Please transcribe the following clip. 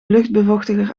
luchtbevochtiger